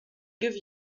give